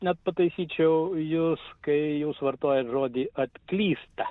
net pataisyčiau jus kai jūs vartojat žodį atklysta